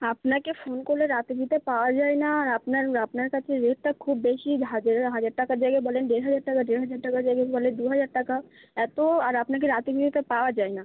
আপনাকে ফোন করলে রাত এমনিতে পাওয়া যায় না আর আপনার আপনার কাছে রেটটা খুব বেশি হাজারের হাজার টাকার জায়গায় বলেন ডেড় হাজার টাকা ডেড় হাজার টাকার জায়গায় বলে দু হাজার টাকা এতো আর আপনাকে রাতে বিরেতে পাওয়া যায় না